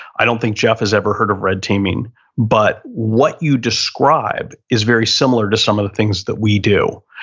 i don't think jeff has ever heard of red teaming but what you described is very similar to some of the things that we do.